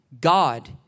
God